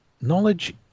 knowledge